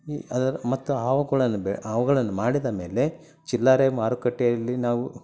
ಈ ಅದರ ಮತ್ತು ಅವ್ಗಳನ್ನ ಬೆ ಅವ್ಗಳನ್ನ ಮಾಡಿದ ಮೇಲೆ ಚಿಲ್ಲರೆ ಮಾರುಕಟ್ಟೆಯಲ್ಲಿ ನಾವು